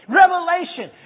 revelation